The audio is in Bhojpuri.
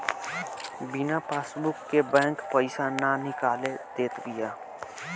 बिना पासबुक के बैंक पईसा ना निकाले देत बिया